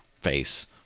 face